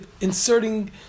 inserting